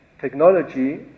technology